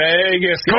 Vegas